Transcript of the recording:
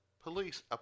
Police